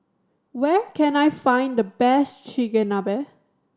where can I find the best Chigenabe